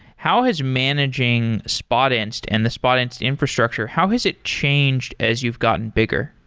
how has managing spotinst and the spotinst infrastructure, how has it changed as you've gotten bigger?